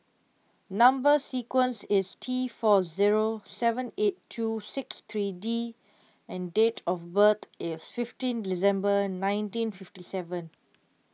Number Sequence is T four zero seven eight two six three D and date of birth is fifteen December nineteen fifty seven